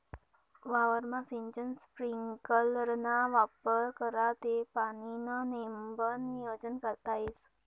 वावरमा सिंचन स्प्रिंकलरना वापर करा ते पाणीनं नेमबन नियोजन करता येस